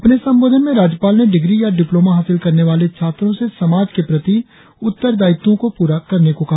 अपने संबोधन में राज्यपाल ने डिग्री या डिप्लोमा हासिल करने वाले छात्रों से समाज के प्रति उत्तर दायित्व को पूरा करने को कहा